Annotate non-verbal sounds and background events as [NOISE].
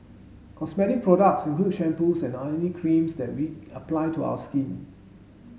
cosmetic products include shampoos and [UNINTELLIGIBLE] creams that we apply to our skin